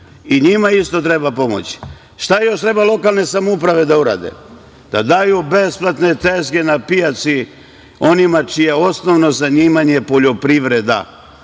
i njima treba pomoći. Šta još treba lokalne samouprave da urade? Da daju besplatne tezge na pijaci onima čije je osnovno zanimanje poljoprivreda.